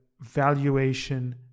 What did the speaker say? valuation